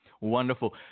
Wonderful